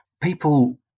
people